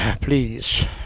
Please